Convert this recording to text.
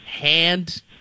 hand